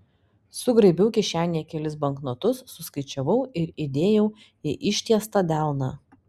sugraibiau kišenėje kelis banknotus suskaičiavau ir įdėjau į ištiestą delną